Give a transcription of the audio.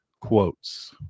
quotes